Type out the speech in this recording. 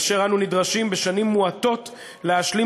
אשר בו אנו נדרשים בשנים מועטות להשלים